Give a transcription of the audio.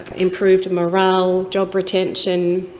improved morale, job retention,